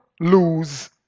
lose